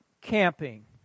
camping